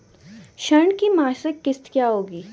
ऋण की मासिक किश्त क्या होगी?